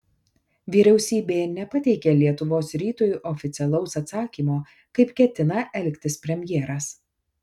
vyriausybė nepateikė lietuvos rytui oficialaus atsakymo kaip ketina elgtis premjeras